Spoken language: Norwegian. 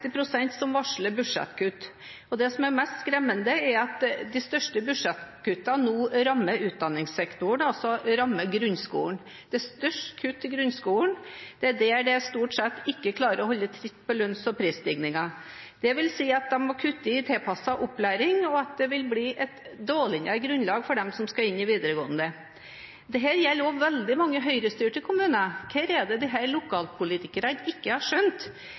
pst. som varsler budsjettkutt. Og det som er mest skremmende, er at de største budsjettkuttene nå rammer utdanningssektoren, de rammer grunnskolen. Det er størst kutt i grunnskolen. Det er der man stort sett ikke klarer å holde tritt med lønns- og prisstigningen. Det vil si at de må kutte i tilpasset opplæring, og at det vil bli et dårligere grunnlag for dem som skal over i videregående. Dette gjelder også veldig mange høyrestyrte kommuner. Hva er det disse lokalpolitikerne ikke har skjønt